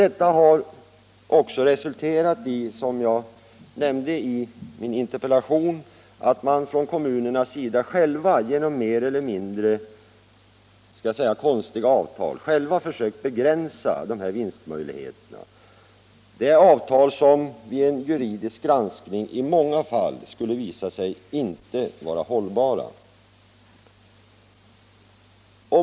Detta har också resulterat i, som jag nämnde i min interpellation, att man från kommunernas sida genom mer eller mindre konstiga avtal själva försökt begränsa dessa vinstmöjligheter. Det är avtal som vid en juridisk granskning i många fall skulle visa sig inte vara hållbara.